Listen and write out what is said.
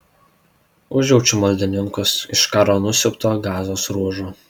užjaučiu maldininkus iš karo nusiaubto gazos ruožo